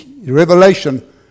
Revelation